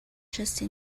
just